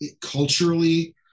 culturally